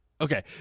okay